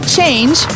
Change